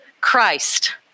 Christ